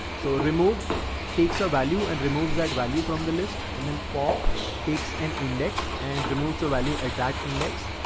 so ah remove takes a ah value and removes that value from the list and then pop takes an index and removes the value at that index.